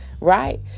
Right